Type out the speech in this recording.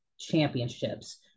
championships